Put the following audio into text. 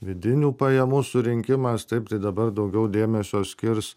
vidinių pajamų surinkimas taip tai dabar daugiau dėmesio skirs